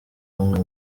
amwe